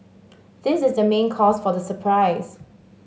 this is the main cause for the surprise